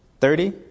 thirty